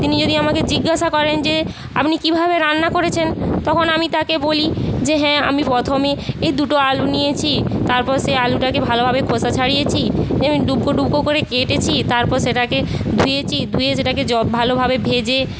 তিনি যদি আমাকে জিজ্ঞাসা করেন যে আপনি কিভাবে রান্না করেছেন তখন আমি তাকে বলি যে হ্যাঁ আমি প্রথমে এই দুটো আলু নিয়েছি তারপর সেই আলুটাকে ভালোভাবে খোসা ছাড়িয়েছি এমন ডুবকো ডুবকো করে কেটেছি তারপর সেটাকে ধুয়েছি ধুয়ে সেটাকে ভালোভাবে ভেজে